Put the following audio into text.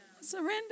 Surrender